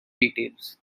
details